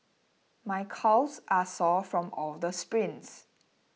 my calves are sore from all the sprints